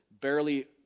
barely